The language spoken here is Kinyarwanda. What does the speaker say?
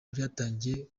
byatangiye